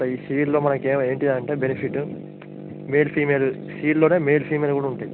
ఈ సీడ్లో మనకు ఏంటంటే బెనిఫిట్ మేల్ ఫిమేల్ సీడ్లో మేల్ ఫిమేల్ కూడా ఉంటాయి